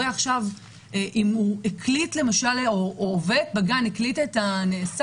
ואם הורה או עובדת בגן הקליטו את הנעשה